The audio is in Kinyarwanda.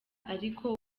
ariko